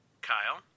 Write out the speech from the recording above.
Kyle